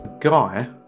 guy